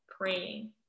praying